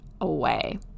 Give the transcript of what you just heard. away